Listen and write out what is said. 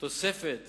תוספת